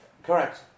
Correct